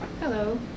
Hello